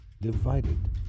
divided